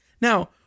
Now